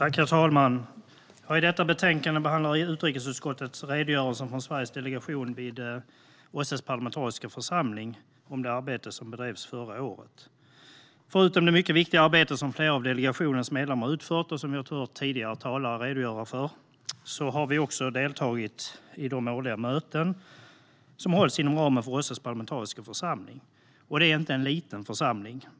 Herr talman! I detta betänkande behandlar utrikesutskottet redogörelsen från Sveriges delegation i OSSE:s parlamentariska församling för det arbete som bedrevs förra året. Förutom det mycket viktiga arbete som flera av delegationens medlemmar utfört, och som vi hört tidigare talare redogöra för, har vi deltagit i de årliga möten som hålls inom ramen för OSSE:s parlamentariska församling. Och det är inte en liten församling.